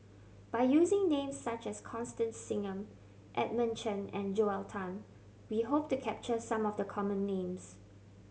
by using names such as Constance Singam Edmund Chen and Joel Tan we hope to capture some of the common names